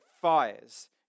fires